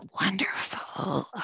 wonderful